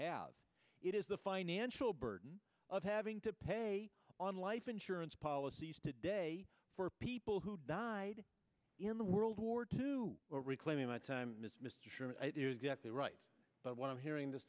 have it is the financial burden of having to pay on life insurance policies today for people who died in the world war two or reclaiming my time is mr sure exactly right but what i'm hearing this